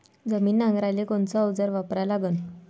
जमीन नांगराले कोनचं अवजार वापरा लागन?